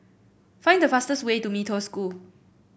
find the fastest way to Mee Toh School